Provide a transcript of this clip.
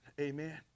Amen